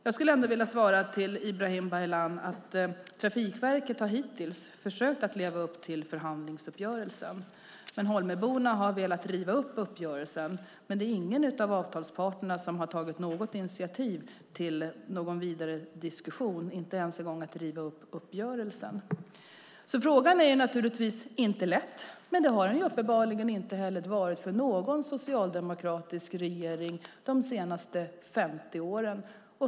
Jag skulle ändå vilja svara Ibrahim Baylan att Trafikverket hittills har försökt leva upp till förhandlingsuppgörelsen. Men Holmöborna har velat riva upp uppgörelsen. Men det är ingen av avtalsparterna som har tagit något initiativ till någon vidare diskussion, inte ens att riva upp uppgörelsen. Frågan är naturligtvis inte lätt, men det har den uppenbarligen inte heller varit för någon socialdemokratisk regering under de senaste 50 åren.